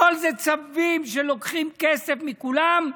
הכול זה צווים שלוקחים כסף מכולם,